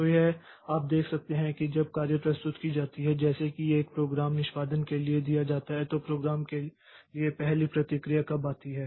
तो यह आप देख सकते हैं कि जब कार्य प्रस्तुत की जाती है जैसे कि एक प्रोग्राम निष्पादन के लिए दिया जाता है तो प्रोग्राम के लिए पहली प्रतिक्रिया कब आती है